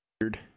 weird